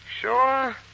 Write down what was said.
Sure